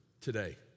today